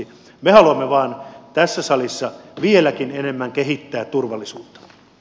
me haluamme vaan tässä salissa vieläkin enemmän kehittää turvallisuutta